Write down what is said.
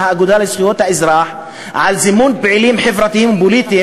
האגודה לזכויות האזרח על זימון פעילים חברתיים-פוליטיים